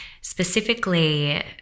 specifically